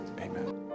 Amen